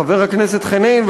חבר הכנסת חנין,